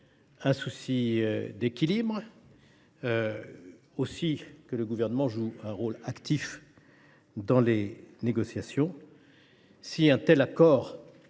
un souci d’équilibre, mais aussi que le Gouvernement joue un rôle actif dans les négociations.